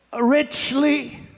richly